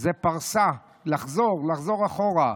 זה פרסה, לחזור, לחזור אחורה.